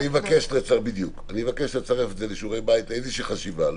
אני מבקש לצרף את זה לשיעורי הבית ושתיעשה איזושהי חשיבה.